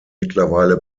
mittlerweile